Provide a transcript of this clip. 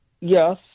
Yes